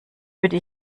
würde